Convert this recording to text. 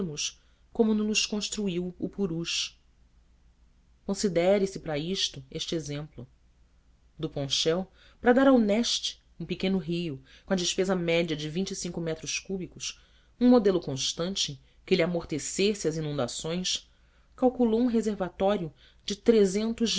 construiríamos como no-los construiu o purus considere se para isto este exemplo duponchel para dar ao neste um pequeno rio com a despesa média de metros cúbicos um modelo constante que lhe amortecesse as inundações calculou um reservatório de